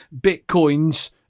bitcoins